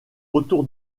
autour